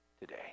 today